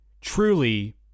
truly